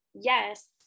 yes